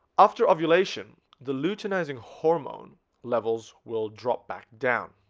after ovulation the luteinizing hormone levels will drop back down